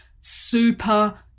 super